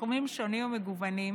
בתחומים שונים ומגוונים,